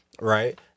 right